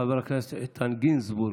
חבר הכנסת איתן גינזבורג,